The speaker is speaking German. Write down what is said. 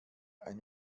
ein